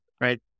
right